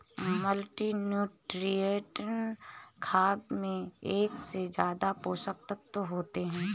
multinutrient खाद में एक से ज्यादा पोषक तत्त्व होते है